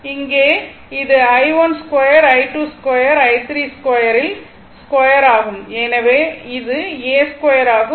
இங்கே இது i12 i22 i32 இது ஸ்கொயர் ஆகும் ஏனெனில் இது a2 ஆகும்